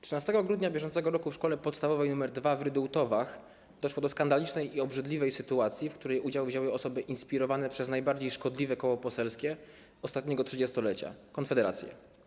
13 grudnia br. w Szkole Podstawowej nr 2 w Rydułtowach doszło do skandalicznej i obrzydliwej sytuacji, w której udział wzięły osoby inspirowane przez najbardziej szkodliwe koło poselskie ostatniego trzydziestolecia - Konfederację.